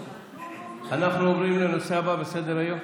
אנחנו עוברים לנושא הבא בסדר-היום.